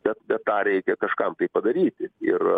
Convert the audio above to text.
bet bet tą reikia kažkam tai padaryti ir